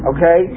Okay